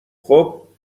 خوب